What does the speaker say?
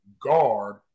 guard